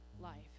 life